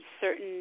certain